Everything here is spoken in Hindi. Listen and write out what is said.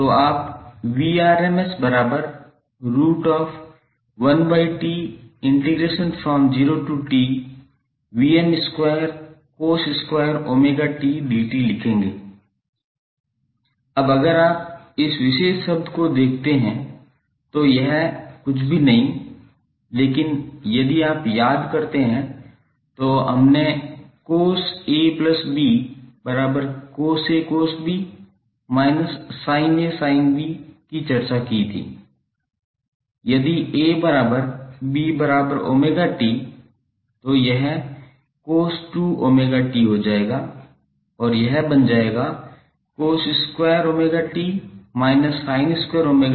तो आप लिखेंगे अब अगर आप इस विशेष शब्द को देखते हैं तो यह कुछ भी नहीं है लेकिन यदि आप याद करते हैं तो हमने की 𝑐𝑜𝑠𝐴𝐵𝑐𝑜𝑠A𝑐𝑜𝑠B−𝑠𝑖𝑛𝐴𝑠𝑖𝑛𝐵 चर्चा की यदि 𝐴𝐵𝜔𝑡 तो यह 𝑐𝑜s2𝜔𝑡 हो जाएगा और यह बन जाएगा −2−1